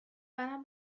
منم